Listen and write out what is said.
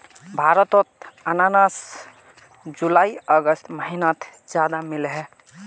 भारतोत अनानास जुलाई अगस्त महिनात ज्यादा मिलोह